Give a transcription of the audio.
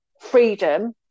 freedom